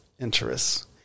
interests